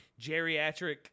Geriatric